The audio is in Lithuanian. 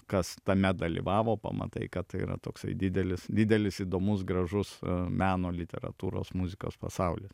kas tame dalyvavo pamatai kad tai yra toksai didelis didelis įdomus gražus meno literatūros muzikos pasaulis